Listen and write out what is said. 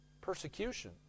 Persecution